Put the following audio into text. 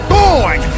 born